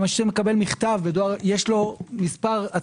גם מי שמקבל מכתב, זה לא מטען.